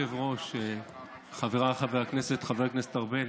עד עשר דקות.